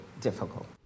difficult